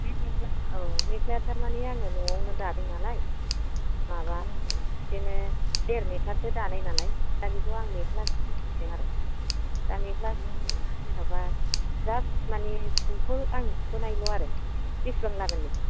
बे मेख्ला औ मेख्लाया थारमाने आङो न'आवनो दादोंनालाय माबा बिदिनो देर मिटार सो दानाय नालाय दा बेखौ आं मेख्ला सुहोनो नागिरदों आरो दा मेख्ला सुनानै जेनेबा जास्ट माने सिम्पोल आं सुहोनायल' आरो बेसेबां लागोन बेखौ